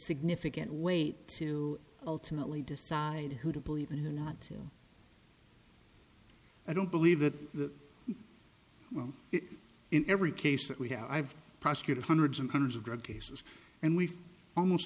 significant weight to ultimately decide who to believe in or not i don't believe that in every case that we have i've prosecuted hundreds and hundreds of drug cases and we almost